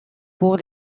pour